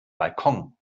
balkon